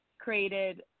created